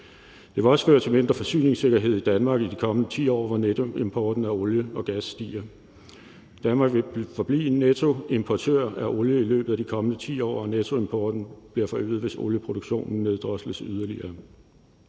Det vil også føre til en mindre forsyningssikkerhed i Danmark i de kommende 10 år, hvor netop importen af olie og gas stiger. Danmark vil forblive en nettoimportør af olie i løbet af de kommende 10 år, og nettoimporten bliver forøget, hvis olieproduktionen neddrosles yderligere.